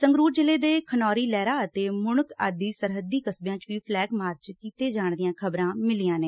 ਸੰਗਰੁਰ ਜ਼ਿਲ਼ੇ ਦੇ ਖਨੌਰੀ ਲਹਿਰਾ ਅਤੇ ਮੁਣਕ ਆਦਿ ਸਰਹੱਦੀ ਕਸਬਿਆਂ ਚ ਵੀ ਫਲੈਗ ਮਾਰਚ ਕੀਤੇ ਜਾਣ ਦੀਆਂ ਖ਼ਬਰਾਂ ਮਿਲੀਆਂ ਨੇ